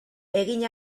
egin